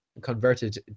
converted